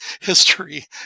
history